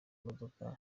imodoka